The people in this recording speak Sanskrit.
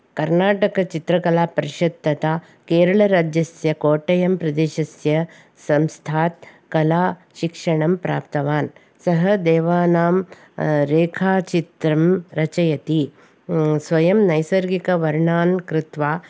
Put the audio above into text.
कर्णाटकचित्रकलापरिषत् तथा केरळराज्यस्य कोटेयं प्रदेशस्य संस्थात् कलाशिक्षणं प्राप्तवान् सः देवानां रेखाचित्रं रचयति स्वयं नैसर्गिकवर्णान् कृत्वा